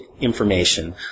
information